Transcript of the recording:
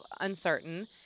uncertain